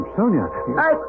Sonia